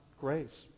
grace